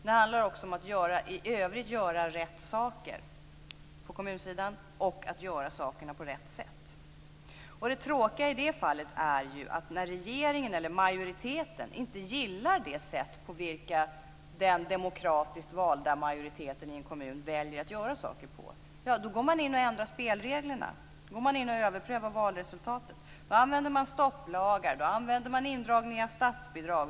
Det handlar också om att i övrigt göra rätt saker på kommunsidan och att göra sakerna på rätt sätt. Det tråkiga i det här fallet är ju att när regeringen eller majoriteten inte gillar det sätt på vilket den demokratiskt valda majoriteten i en kommun väljer att göra saker går man in och ändrar spelreglerna. Då går man in och överprövar valresultatet. Då använder man stopplagar. Då använder man indragningar av statsbidrag.